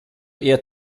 eher